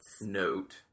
note